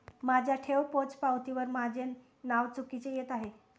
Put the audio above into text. माझ्या ठेव पोचपावतीवर माझे नाव चुकीचे येत आहे